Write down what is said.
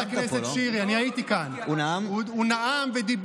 אני לא הייתי